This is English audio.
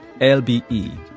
LBE